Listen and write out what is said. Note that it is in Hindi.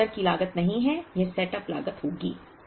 यह ऑर्डर की लागत नहीं है यह सेटअप लागत होगी